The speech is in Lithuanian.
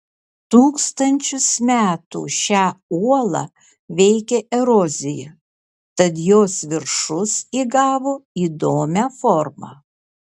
tūkstančius metų šią uolą veikė erozija tad jos viršus įgavo įdomią formą